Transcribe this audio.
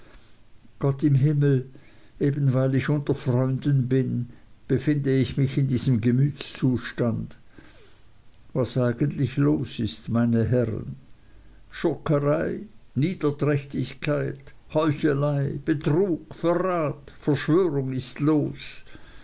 gott im himmel eben weil ich unter freunden bin befinde ich mich in diesem gemütszustand was eigentlich los ist meine herren schurkerei niederträchtigkeit heuchelei betrug verrat verschwörung ist los